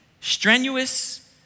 strenuous